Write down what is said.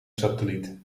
satelliet